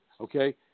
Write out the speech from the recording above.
Okay